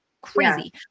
crazy